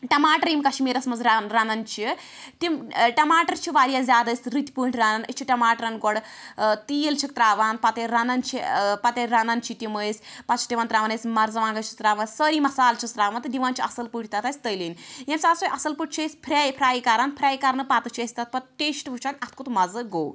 ٹَماٹر یم کشمیٖرَس مَنٛز رَنان چھِ تِم ٹَماٹر چھِ واریاہ زیاد أسۍ رٕتۍ پٲٹھۍ رنان أسۍ چھِ ٹماٹرن گۄڈٕ ٲں تیٖل چھِکھ ترٛاوان پَتہٕ ییٚلہِ رَنان چھِ ٲں پَتہٕ ییٚلہِ رَنان چھِ تِم أسۍ پَتہٕ چھِ تِمن ترٛاوان أسۍ مَرژٕوانٛگن چھِس ترٛاوان سٲری مَصالہٕ چھِس ترٛاوان تہٕ دِوان چھِ اصٕل پٲٹھۍ تتھ أسۍ تٔلنۍ ییٚمہِ ساتہٕ سُہ أسۍ اصٕل پٲٹھۍ چھِ أسۍ فرٛاے فرٛاے کران فرٛاے کَرنہٕ پَتہٕ چھ أسۍ تتھ پتہٕ ٹیسٹہٕ وُچھان اتھ کیٛتھ مَزٕ گوٚو